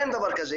אין דבר כזה,